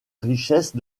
richesse